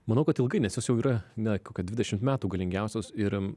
manau kad ilgai nes jos jau yra ne kokia dvidešim metų galingiausios ir